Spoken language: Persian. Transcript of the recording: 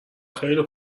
خیلی